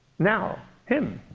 now, him,